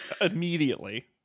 immediately